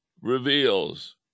reveals